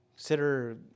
Consider